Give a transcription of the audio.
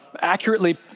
accurately